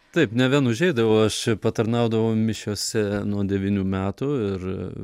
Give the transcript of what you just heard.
taip ne vien užeidavau aš patarnaudavau mišiose nuo devynių metų ir